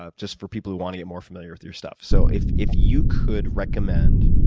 ah just for people who want to get more familiar with your stuff. so if if you could recommend